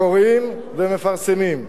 קוראים ומפרסמים.